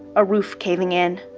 a roof caving in.